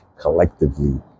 collectively